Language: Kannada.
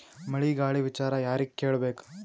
ಮಳೆ ಗಾಳಿ ವಿಚಾರ ಯಾರಿಗೆ ಕೇಳ್ ಬೇಕು?